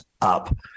up